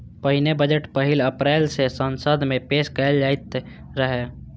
पहिने बजट पहिल अप्रैल कें संसद मे पेश कैल जाइत रहै